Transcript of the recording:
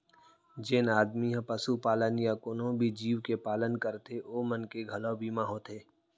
जेन आदमी ह पसुपालन या कोनों भी जीव के पालन करथे ओ मन के घलौ बीमा होथे